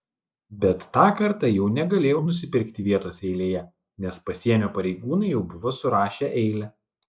bet tą kartą jau negalėjau nusipirkti vietos eilėje nes pasienio pareigūnai jau buvo surašę eilę